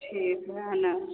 ठीक है आना